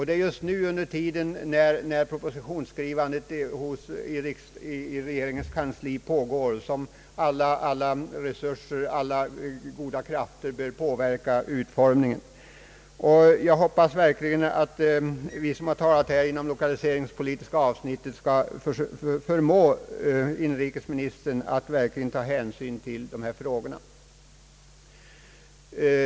Det är just nu under tiden när propositionsskrivandet i regeringens kansli pågår som alla resurser bör sättas in för att påverka utformningen. Jag hoppas verkligen att vi som här talat om de lokaliseringspolitiska avsnitten skall förmå inrikesministern att ta hänsyn till vad som här sagts.